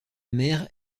mère